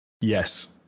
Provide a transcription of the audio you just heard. Yes